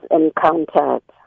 encountered